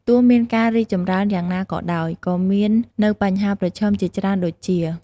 ទោះមានការរីកចម្រើនយ៉ាងណាក៏ដោយក៏មាននៅបញ្ហាប្រឈមជាច្រើន ដូចជា ។